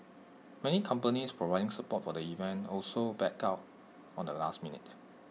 many companies providing support for the event also backed out on the last minute